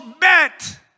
bet